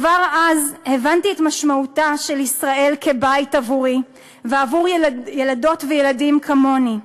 כבר אז הבנתי את משמעותה של ישראל כבית עבורי ועבור ילדות וילדים כמוני.